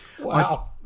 Wow